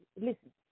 Listen